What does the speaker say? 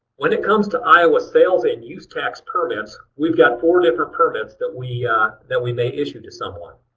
when it comes to iowa sales and use tax permits, we've got four different permits that we that we may issue to someone.